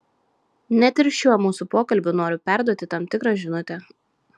net ir šiuo mūsų pokalbiu noriu perduoti tam tikrą žinutę